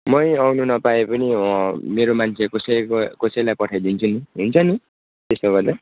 मै आउनु नपाए पनि मेरो मान्छे कसैको कसैलाई पठाइदिन्छु नि हुन्छ नि त्यस्तो गर्दा